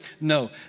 No